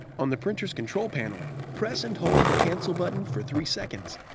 on the printer's control panel, press and hold the cancel button for three seconds.